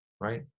right